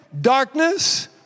darkness